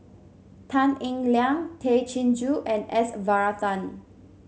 Tan Eng Liang Tay Chin Joo and S Varathan